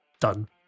done